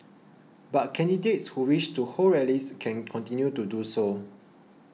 but candidates who wish to hold rallies can continue to do so